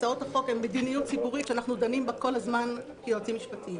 הצעות החוק הן מדיניות ציבורית שאנחנו דנים בה כל הזמן כיועצים משפטיים.